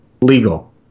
legal